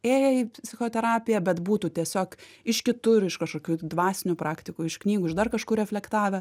ėję į psichoterapiją bet būtų tiesiog iš kitur iš kažkokių dvasinių praktikų iš knygų iš dar kažkur reflektavę